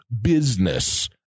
business